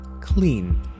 clean